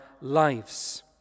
lives